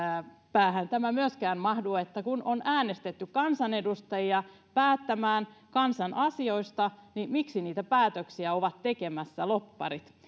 päähän tämä myöskään mahtuu kun on äänestetty kansanedustajia päättämään kansan asioista niin miksi niitä päätöksiä ovat tekemässä lobbarit